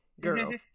Girls